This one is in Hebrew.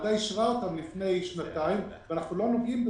שהוועדה אישרה אותם לפני שנתיים ואנחנו לא נוגעים בה.